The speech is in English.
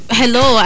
hello